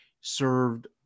served